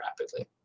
rapidly